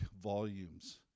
volumes